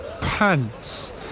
pants